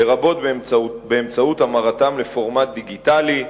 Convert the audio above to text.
לרבות באמצעות המרתם לפורמט דיגיטלי,